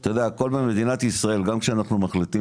אתה יודע הכל במדינת ישראל גם כשאנחנו מחליטים